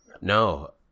No